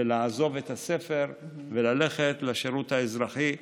לעזוב את הספר וללכת לשירות האזרחי.